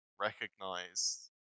recognize